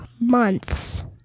months